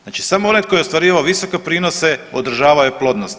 Znači samo onaj tko je ostvarivao visoke prinose održavao je plodnost.